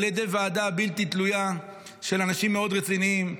ידי ועדה בלתי תלויה של אנשים מאוד רציניים.